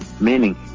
Meaning